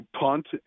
punt